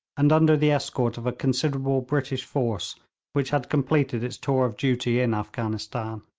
and under the escort of a considerable british force which had completed its tour of duty in afghanistan.